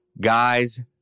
Guys